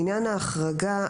לעניין ההחרגה.